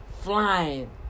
Flying